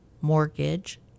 mortgage